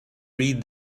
read